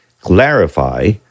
clarify